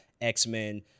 X-Men